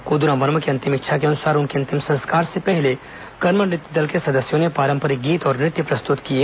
कोदूराम वर्मा की अंतिम इच्छा के अनुसार उनके अंतिम संस्कार से पहले करमा नृत्य दल के सदस्यों ने पारंपरिक गीत और नृत्य प्रस्तुत किए